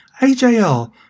AJR